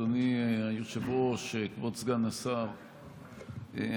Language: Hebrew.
אדוני היושב-ראש, כבוד סגן השר, אדוני,